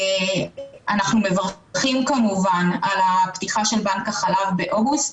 אנחנו מברכים כמובן על פתיחת בנק החלב באוגוסט,